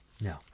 No